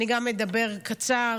גם אני אדבר קצר.